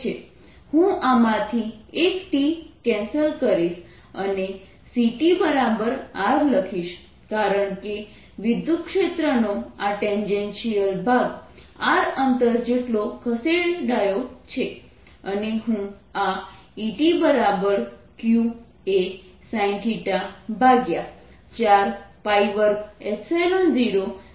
હું આમાંથી એક t કેન્સલ કરીશ અને ctr લખીશ કારણકે વિદ્યુતક્ષેત્રનો આ ટેન્જેન્શિયલ ભાગ r અંતર જેટલો ખસેડાયો છે અને હું આ Etq a sin θ420c2r લખી શકું છું